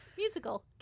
musical